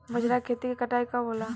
बजरा के खेती के कटाई कब होला?